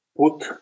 put